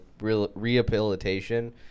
rehabilitation